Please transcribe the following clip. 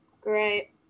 great